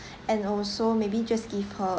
and also maybe just give her